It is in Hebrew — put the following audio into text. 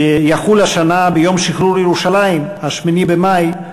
שיחול השנה ביום שחרור ירושלים, 8 במאי,